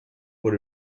for